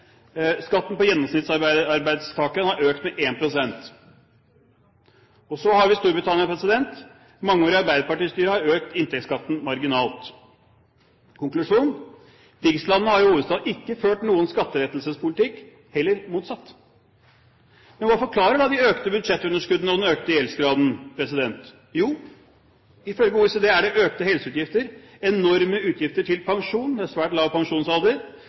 på 4 pst. av BNP. Skatten for gjennomsnittsarbeidstakeren har økt med 1 pst. Så har vi Storbritannia. Mangeårig arbeiderpartistyre har økt inntektsskatten marginalt. Konklusjon: Pigslandene har i hovedsak ikke ført noen skattelettelsespolitikk, heller motsatt. Men hva forklarer da de økte budsjettunderskuddene og den økte gjeldsgraden? Jo, ifølge OECD er det økte helseutgifter, enorme utgifter til pensjon – det er svært lav pensjonsalder